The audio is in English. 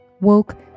woke